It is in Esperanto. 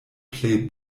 plej